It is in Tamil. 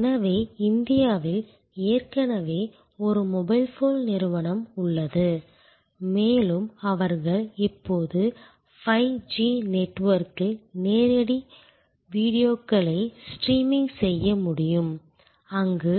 எனவே இந்தியாவில் ஏற்கனவே ஒரு மொபைல் போன் நிறுவனம் உள்ளது மேலும் அவர்கள் இப்போது 5G நெட்வொர்க்கில் நேரடி வீடியோக்களை ஸ்ட்ரீமிங் செய்ய முடியும் அங்கு